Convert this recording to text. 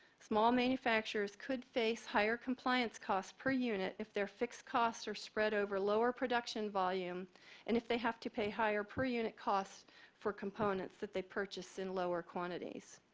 small manufacturers could face higher compliance costs per unit if their fixed costs are spread over lower production volume and if they have to pay higher per unit cost for components that they purchase in lower quantities.